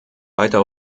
weiter